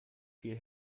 viel